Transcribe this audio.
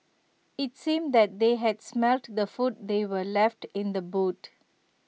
IT seemed that they had smelt the food they were left in the boot